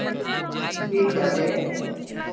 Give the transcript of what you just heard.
की बोललियै